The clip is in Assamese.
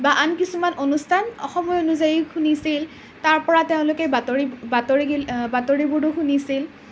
বা আন কিছুমান অনুষ্ঠান সময় অনুযায়ী শুনিছিল তাৰ পৰা তেওঁলোকে বাতৰি বাতৰি গি বাতৰিবোৰো শুনিছিল